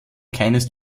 keines